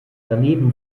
daneben